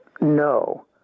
No